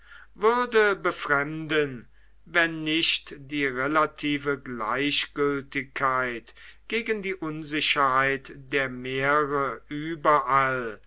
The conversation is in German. würde befremden wenn nicht die relative gleichgültigkeit gegen die unsicherheit der meere überall